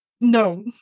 No